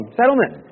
settlement